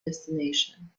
destination